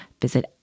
visit